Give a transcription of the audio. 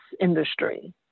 industry